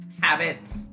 habits